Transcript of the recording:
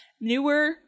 newer